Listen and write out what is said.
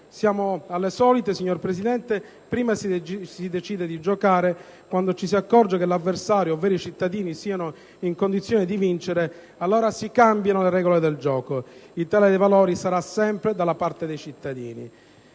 Siamo alle solite: prima si decide di giocare e quando ci si accorge che l'avversario, ovvero i cittadini, è in condizione di vincere, allora si cambiano le regole del gioco. L'Italia dei Valori starà sempre dalla parte dei cittadini.